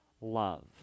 love